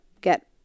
get